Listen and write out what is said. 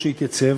או שיתייצב,